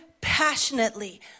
passionately